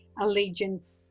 allegiance